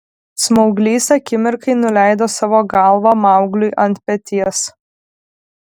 smauglys akimirkai nuleido savo galvą maugliui ant peties